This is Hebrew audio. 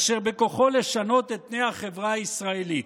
אשר בכוחו לשנות את פני החברה הישראלית".